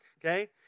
Okay